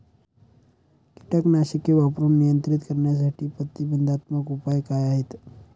कीटकनाशके वापरून नियंत्रित करण्यासाठी प्रतिबंधात्मक उपाय काय आहेत?